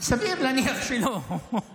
סביר להניח שלא.